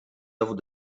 œuvres